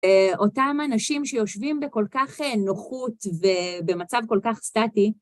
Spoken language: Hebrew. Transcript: אותם אנשים שיושבים בכל כך נוחות ובמצב כל כך סטטי.